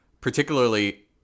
particularly